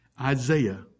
Isaiah